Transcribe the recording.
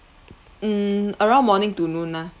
mm around morning to noon lah